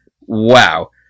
wow